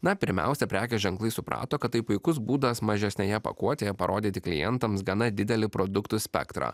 na pirmiausia prekės ženklai suprato kad tai puikus būdas mažesnėje pakuotėje parodyti klientams gana didelį produktų spektrą